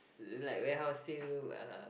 it like warehouse sale uh